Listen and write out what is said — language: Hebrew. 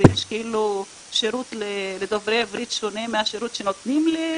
יש שירות לדוברי עברית שונה מהשירות שנותנים לי,